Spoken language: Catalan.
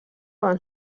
van